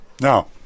Now